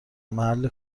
محل